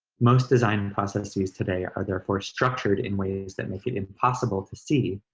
most design processes today are therefore structured in ways that make it impossible to see,